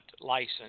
license